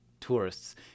tourists